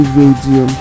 radio